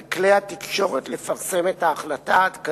על כלי התקשורת לפרסם את ההחלטה העדכנית